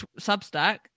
Substack